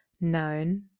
known